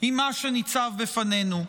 עם מה שניצב בפנינו.